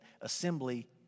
assembly